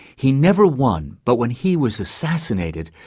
he never won, but when he was assassinated,